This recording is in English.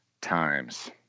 times